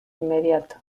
inmediato